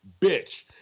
bitch